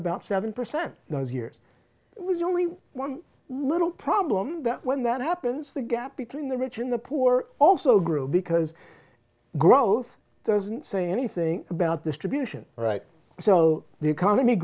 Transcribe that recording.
about seven percent those years it was only one little problem that when that happens the gap between the rich and the poor also grew because growth doesn't say anything about this tradition right so the economy